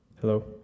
Hello